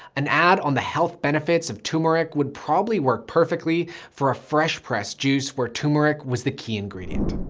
an ad on the health benefits of tumeric would probably work perfectly for a fresh press juice where tumeric was the key ingredient.